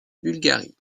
bulgarie